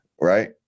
right